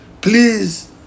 please